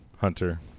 Hunter